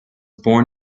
born